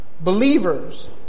believers